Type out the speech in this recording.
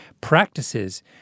practices